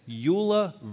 Eula